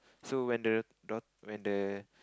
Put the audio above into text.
so when the daught~ when the